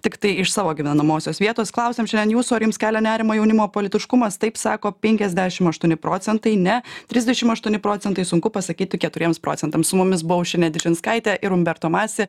tiktai iš savo gyvenamosios vietos klausėm šiandien jūsų ar jums kelia nerimą jaunimo politiškumas taip sako penkiasdešim aštuoni procentai ne trisdešim aštuoni procentai sunku pasakyti keturiems procentams su mumis buvo aušrinė dižinskaitė ir umberto masi